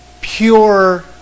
pure